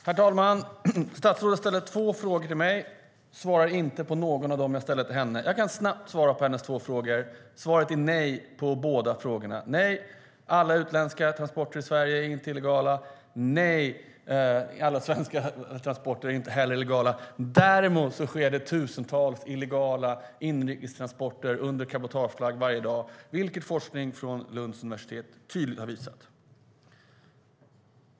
Herr talman! Statsrådet ställde två frågor till mig men svarade inte på någon av dem jag ställde till henne. Jag kan snabbt svara på hennes två frågor. Svaret är nej på båda frågorna. Nej, alla utländska transporter i Sverige är inte illegala. Nej, alla svenska transporter är inte illegala. Däremot sker det tusentals illegala inrikestransporter under cabotageflagg varje dag, vilket forskning från Lunds universitet tydligt har visat.